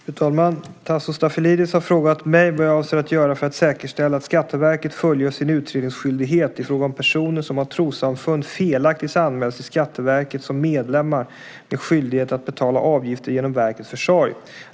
Fru talman! Tasso Stafilidis har frågat mig vad jag avser att göra för att säkerställa att Skatteverket fullgör sin utredningsskyldighet i fråga om personer som av trossamfund felaktigt anmälts till Skatteverket som medlemmar med skyldighet att betala avgifter genom verkets försorg.